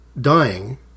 dying